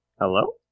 Hello